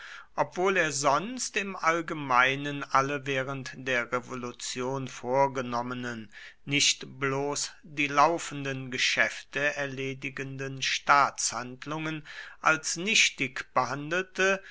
obwohl er sonst im allgemeinen alle während der revolution vorgenommenen nicht bloß die laufenden geschäfte erledigenden staatshandlungen als nichtig behandelte